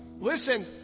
listen